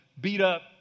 beat-up